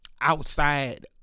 outside